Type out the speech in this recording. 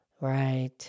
Right